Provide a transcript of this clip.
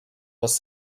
was